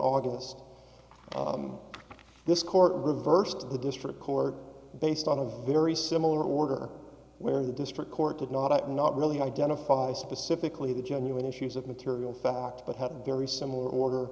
august this court reversed to the district court based on a very similar order where the district court did not not really identify specifically the genuine issues of material fact but have a very similar order